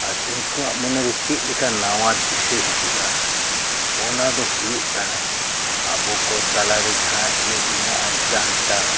ᱟᱨ ᱩᱱᱠᱩᱣᱟᱜ ᱢᱚᱱᱮᱨᱮ ᱪᱮᱫ ᱞᱮᱠᱟ ᱱᱟᱣᱟ ᱫᱤᱥᱟᱹ ᱦᱤᱡᱩᱜᱼᱟ ᱚᱱᱟ ᱫᱚ ᱦᱩᱭᱩᱜ ᱠᱟᱱᱟ ᱟᱵᱚᱠᱚ ᱛᱟᱞᱟᱨᱮ ᱡᱟᱦᱟᱸ ᱮᱱᱮᱡ ᱢᱮᱱᱟᱜᱼᱟ ᱰᱟᱱᱴᱟ